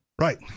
Right